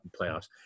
playoffs